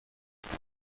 همراه